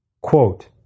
Quote